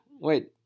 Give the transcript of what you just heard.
wait